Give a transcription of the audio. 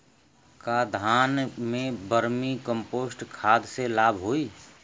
का धान में वर्मी कंपोस्ट खाद से लाभ होई?